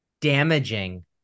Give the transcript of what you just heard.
damaging